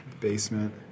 basement